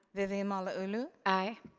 vivian malauulu? aye.